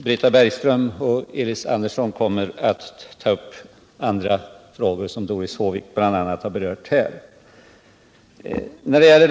Britta Bergström och Elis Andersson kommer att ta upp andra frågor som redan har berörts av Doris Håvik.